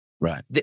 Right